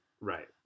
Right